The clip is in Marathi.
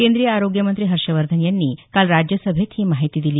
केंद्रीय आरोग्य मंत्री हर्षवर्धन यांनी काल राज्यसभेत ही माहिती दिली